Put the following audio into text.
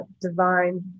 divine